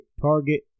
Target